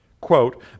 Quote